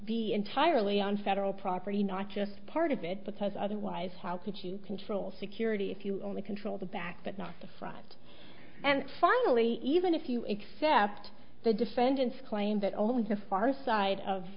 be entirely on federal property not just part of it because otherwise how to control security if you only control the back but not the front and finally even if you accept the defendant's claim that only the far side of